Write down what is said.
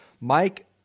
Mike